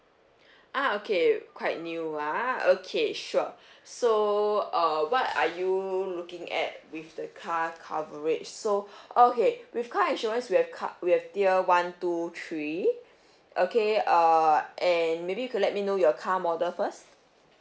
ah okay quite new ah okay sure so err what are you looking at with the car coverage so okay with car insurance we have ca~ we have tier one two three okay err and maybe you could let me know your car model first